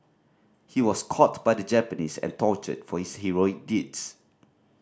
he was caught by the Japanese and tortured for his heroic deeds